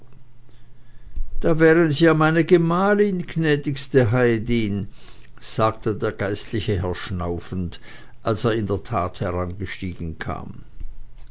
da wären sie ja meine gemahlin gnädigste heidin sagte der geistliche herr schnaufend als er in der tat herangestiegen kam